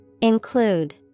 Include